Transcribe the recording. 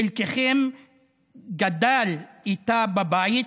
חלקכם גדל איתה בבית,